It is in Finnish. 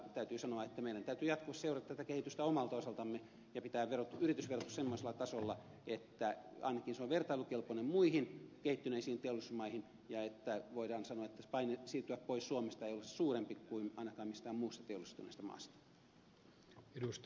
täytyy sanoa että meidän täytyy jatkossa seurata tätä kehitystä omalta osaltamme ja pitää yritysverotus semmoisella tasolla että ainakin se on vertailukelpoinen muihin kehittyneisiin teollisuusmaihin ja että voidaan sanoa paine siirtyä pois suomesta ei olisi suurempi kuin ainakaan mistään muusta teollistuneesta maasta